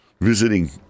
visiting